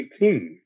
18